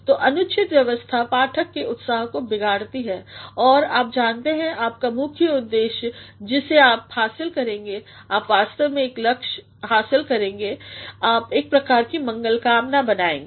तो उनुचित व्यवस्था पाठक के उत्साह को बिगाड़ती है और आप जानते हैं आपका मुख्य उद्देश्य जिसे आप हासिल करेंगे आप वास्तव में एक लक्ष्य हासिल करेंगे आप एक प्रकार की मंगलकामना बनाएंगे